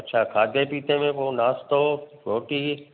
अच्छा खाधे पीते में पोइ नाश्तो रोटी